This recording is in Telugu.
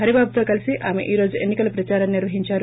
హరిబబుతో కలసి ఆమె ఈ రోజు ఎన్సి కల ప్రదారాన్సి నిర్వహించారు